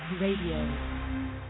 Radio